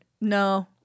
No